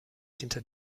hinter